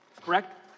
Correct